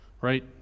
right